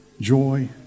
joy